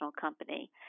company